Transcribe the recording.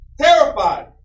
terrified